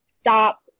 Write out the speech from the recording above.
stop